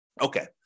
Okay